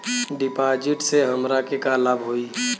डिपाजिटसे हमरा के का लाभ होई?